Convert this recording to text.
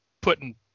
putting